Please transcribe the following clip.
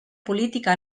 política